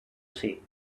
say